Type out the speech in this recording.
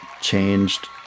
changed